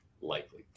likely